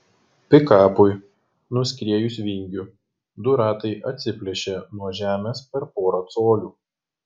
pikapui nuskriejus vingiu du ratai atsiplėšė nuo žemės per porą colių